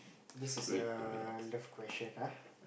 this is a love question ah